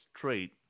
trade